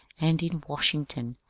and in washington.